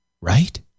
right